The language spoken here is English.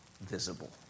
visible